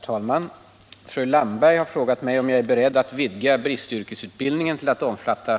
396, och anförde: Herr talman!